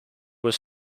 were